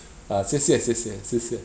ah 谢谢谢谢谢谢